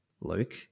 luke